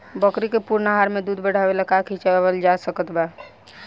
बकरी के पूर्ण आहार में दूध बढ़ावेला का खिआवल जा सकत बा?